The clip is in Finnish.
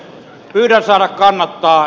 pyydän saada kannattaa